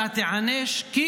אתה תיענש כי